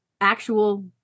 actual